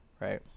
Right